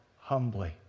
humbly